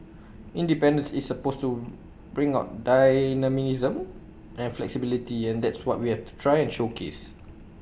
independence is supposed to bring about dynamism and flexibility and that's what we have to try and showcase